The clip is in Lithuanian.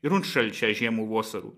ir unt šalčio žiemų vosarų